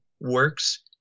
works